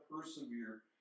persevere